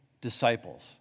disciples